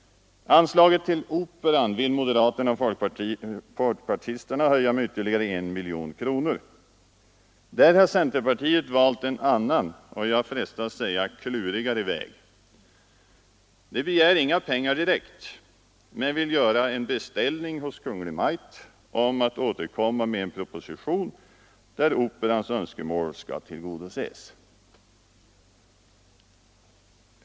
Anslaget till Operan vill moderaterna och folkpartisterna höja med ytterligare 1 miljon kronor. Där har centerpartiet valt en annan, och jag frestas säga klurigare, väg. Centerpartisterna begär inga pengar direkt men vill göra en beställning hos Kungl. Maj:t om att återkomma med en proposition där Operans önskemål skall tillgodoses.